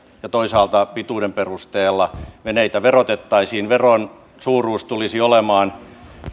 ja toisaalta pituuden perusteella veneitä verotettaisiin veron suuruus tulisi olemaan